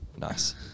Nice